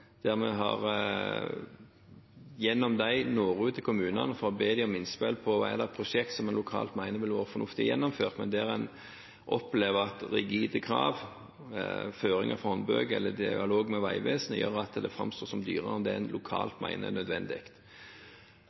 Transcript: gjennom dem når ut til kommunene for å be dem om innspill på om det er prosjekt som en lokalt mener ville vært fornuftig å gjennomføre, men der en opplever at rigide krav, føringer fra håndbøker eller dialog med Vegvesenet gjør at det framstår som dyrere enn det en lokalt mener er nødvendig.